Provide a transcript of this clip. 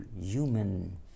human